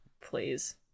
Please